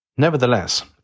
Nevertheless